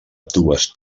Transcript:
ambdues